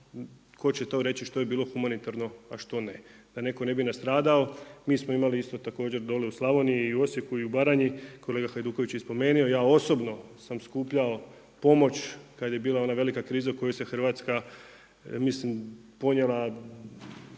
tko će to reći što je bilo humanitarno a što ne, da netko ne bi nastradao. Mi smo imali isto također dolje u Slavoniji i u Osijeku i u Baranji. Kolega Hajduković je i spomenuo, ja osobno sam skupljao pomoć kada je bila ona velika kriza u kojoj se Hrvatska mislim